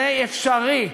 זה אפשרי.